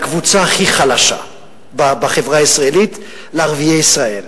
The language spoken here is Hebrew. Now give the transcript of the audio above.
לקבוצה הכי חלשה בחברה הישראלית, לערביי ישראל.